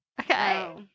Okay